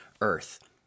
earth